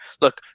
Look